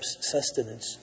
sustenance